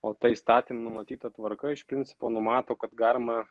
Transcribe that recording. o ta įstatymu numatyta tvarka iš principo numato kad galima